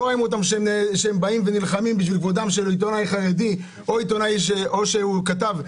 לא רואים אותם נלחמים למען כבודו של עיתונאי חרדי או כתב ימני.